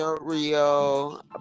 Rio